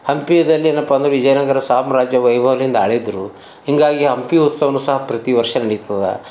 ಹಂಪಿದಲ್ಲಿ ಏನಪ್ಪಾ ಅಂದ್ರೆ ವಿಜಯನಗರ ಸಾಮ್ರಾಜ್ಯ ವೈಭವ್ಲಿಂದಾಳಿದ್ರು ಹಿಂಗಾಗಿ ಹಂಪಿ ಉತ್ಸವನೂ ಸಹ ಪ್ರತಿವರ್ಷ ನಡೀತದ